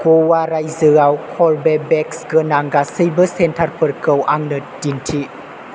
गवा रायजोयाव कर्वेभेक्स गोनां गासैबो सेन्टारफोरखौ आंनो दिन्थि